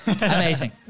amazing